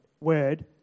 word